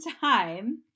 time